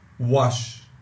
Wash